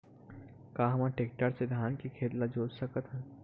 का हमन टेक्टर से धान के खेत ल जोत सकथन?